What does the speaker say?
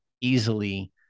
easily